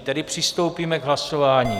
Tedy přistoupíme k hlasování.